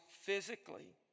physically